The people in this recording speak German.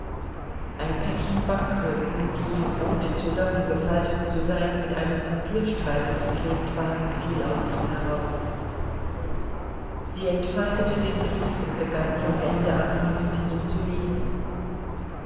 ein päckchen banknoten die ohne zusammengefaltet zu sein mit einem papierstreifen umklebt waren fiel aus ihm heraus sie entfaltete den brief und begann vom ende anfangend ihn zu lesen